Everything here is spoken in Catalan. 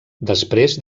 després